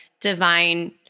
divine